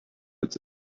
it’s